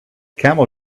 camel